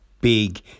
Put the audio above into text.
big